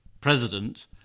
president